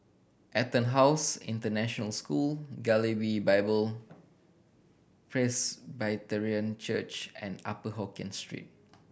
EtonHouse International School Galilee Bible Presbyterian Church and Upper Hokkien Street